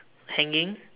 hanging